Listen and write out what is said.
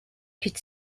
could